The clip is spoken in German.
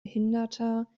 behinderter